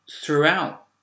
throughout